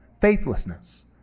faithlessness